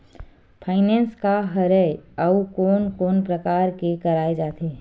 Finance का हरय आऊ कोन कोन प्रकार ले कराये जाथे?